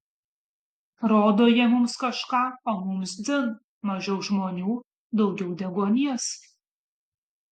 rodo jie mums kažką o mums dzin mažiau žmonių daugiau deguonies